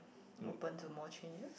open to more changes